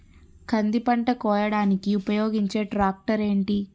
కంది పంట కోయడానికి ఉపయోగించే ట్రాక్టర్ ఏంటి?